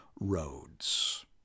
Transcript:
roads